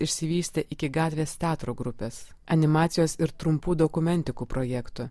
išsivystė iki gatvės teatro grupės animacijos ir trumpų dokumentikų projektų